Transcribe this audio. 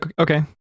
Okay